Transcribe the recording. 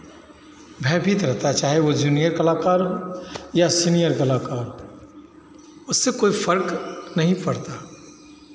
भयभीत रहता है चाहे वो जूनियर कलाकार हो या सीनियर कलाकार उससे कोइ फ़र्क नहीं पड़ता